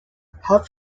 have